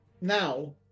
now